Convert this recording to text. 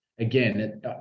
Again